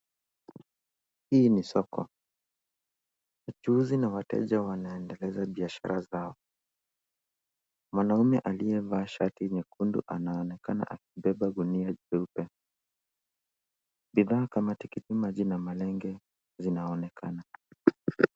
Hii ni soko. Wachuuzi na wateja wanaendeleza biashara zao. Mwanaume aliyevaa shati nyekundu anaonekana akibeba gunia jeupe. Bidhaa kama tikiti maji na malenge zinaonekana.